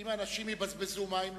אם אנשים יבזבזו מים,